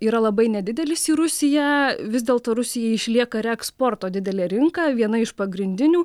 yra labai nedidelis į rusiją vis dėlto rusija išlieka reeksporto didelė rinka viena iš pagrindinių